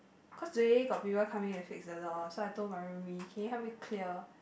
cause today got people coming to fix the door so I told my roomie can you help me clear